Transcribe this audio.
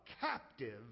captive